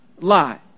lie